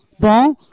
Bon